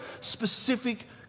specific